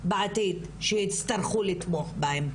בעתיד שיצטרכו לתמוך בהם.